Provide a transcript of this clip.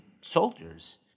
soldiers